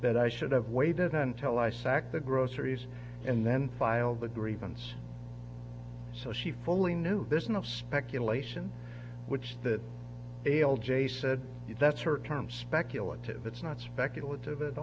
that i should have waited until i sacked the groceries and then filed a grievance so she fully new business speculation which that alle j said if that's her term speculative it's not speculative at